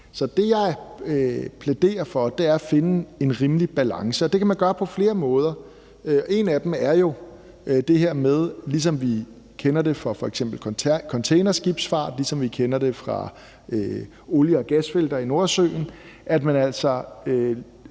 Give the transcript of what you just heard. Så det, jeg plæderer for, er at finde en rimelig balance. Det kan man gøre på flere måder, og en af dem er jo det her med – ligesom vi kender det fra f.eks. containerskibsfart, og ligesom vi kender det fra olie- og gasfelter i Nordsøen – at man altså